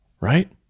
right